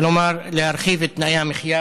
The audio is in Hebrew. כלומר להרחיב את שטח המחיה